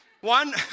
One